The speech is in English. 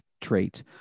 trait